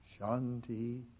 Shanti